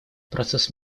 процесс